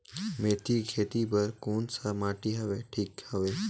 मेथी के खेती बार कोन सा माटी हवे ठीक हवे?